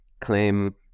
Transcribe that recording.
claim